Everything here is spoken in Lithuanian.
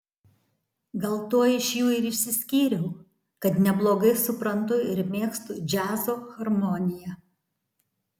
gal tuo iš jų ir išsiskyriau kad neblogai suprantu ir mėgstu džiazo harmoniją